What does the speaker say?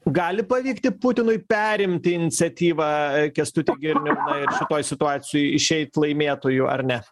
gali pavykti putinui perimti iniciatyvą kęstuti girniau ir šitoj situacijoj išeit laimėtoju ar ne